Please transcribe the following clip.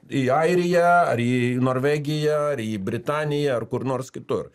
į airiją ar į norvegiją ar į britaniją ar kur nors kitur